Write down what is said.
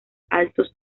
altos